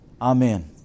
Amen